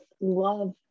love